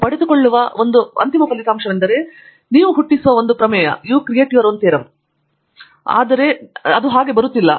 ನೀವು ಪಡೆದುಕೊಳ್ಳುವ ಅಂತಿಮ ಫಲಿತಾಂಶವೆಂದರೆ ನೀವು ಹುಟ್ಟಿಸುವ ಒಂದು ಪ್ರಮೇಯ ಅದು ಹಾಗೆ ಬರುತ್ತಿಲ್ಲ